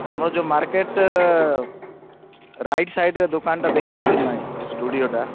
ଆମର ଯେଉଁ market right ସାଇଡ଼୍ରେ ଦୋକାନଟା ଦେଖିଛନ୍ତି ନା ନାହିଁ ଷ୍ଟୁଡିଓ ଟା